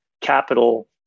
capital